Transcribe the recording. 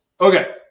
Okay